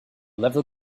level